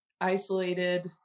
isolated